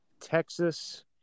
Texas